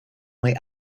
way